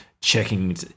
checking